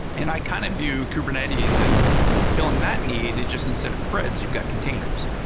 and i kind of view kubernetes as filling that need, just instead of threads, you've got containers.